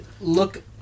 Look